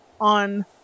on